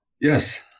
Yes